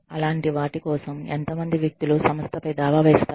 అలాంటి వాటి కోసం ఎంత మంది వ్యక్తులు సంస్థపై దావా వేస్తారు